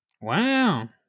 Wow